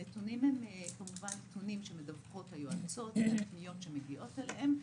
הנתונים הם כמובן נתונים שמדווחות עליהם היועצות מפניות שמגיעות אליהן,